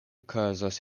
okazas